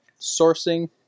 sourcing